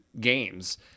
games